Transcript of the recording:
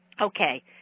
Okay